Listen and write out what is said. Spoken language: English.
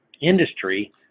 industry